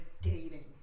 dating